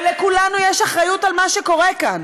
ולכולנו יש אחריות למה שקורה כאן.